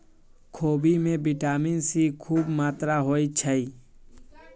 खोबि में vitamin C खूब मत्रा होइ छइ